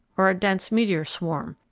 or a dense meteor swarm,